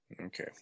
Okay